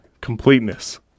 completeness